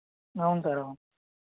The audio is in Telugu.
అవును సార్ అవును